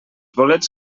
bolets